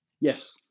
yes